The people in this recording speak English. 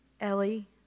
Ellie